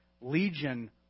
Legion